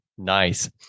Nice